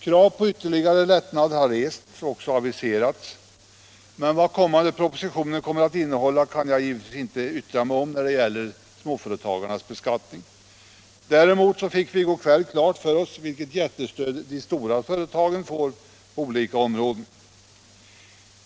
Krav på ytterligare lättnader har rests eller aviserats, men vad kommande propositioner kommer att innebära för småföretagare kan jag givetvis inte yttra mig om. Däremot fick vi i går kväll klart för oss vilket jättestöd de stora företagen får på olika områden.